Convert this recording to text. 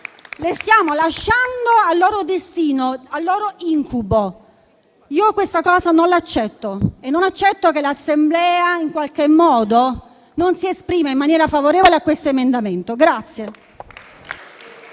Le stiamo lasciando al loro destino, al loro incubo. Io questa cosa non l'accetto e non accetto che l'Assemblea non si esprima in maniera favorevole a questo emendamento.